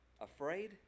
afraid